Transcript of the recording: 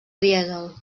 dièsel